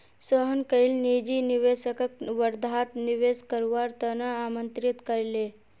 सोहन कईल निजी निवेशकक वर्धात निवेश करवार त न आमंत्रित कर ले